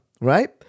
right